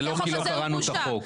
כי החוק הזה הוא בושה.